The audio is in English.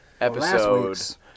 Episode